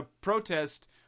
protest